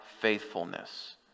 faithfulness